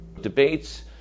Debates